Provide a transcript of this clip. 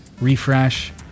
refresh